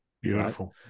Beautiful